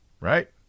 right